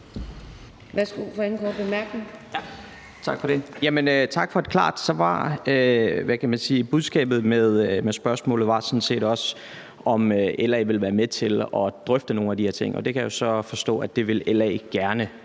Tak for det.